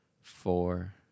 four